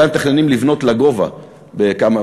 אולי הם מתכננים לבנות לגובה בכמה,